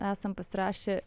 esam pasirašę